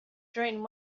during